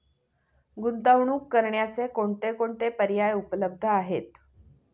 गुंतवणूक करण्याचे कोणकोणते पर्याय उपलब्ध आहेत?